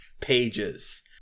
pages